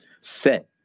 set